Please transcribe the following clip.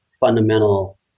fundamental